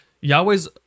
Yahweh's